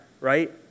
right